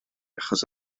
achos